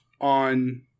on